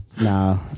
No